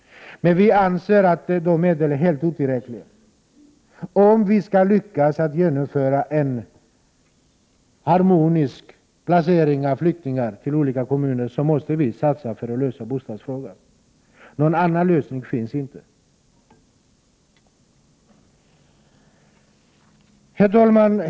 Men vi anser att dessa medel är helt otillräckliga. Om vi skall lyckas med att genomföra en harmonisk placering av flyktingar i olika kommuner måste vi satsa för att lösa bostadsfrågan. Någon annan lösning finns inte. Herr talman!